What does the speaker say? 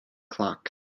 clock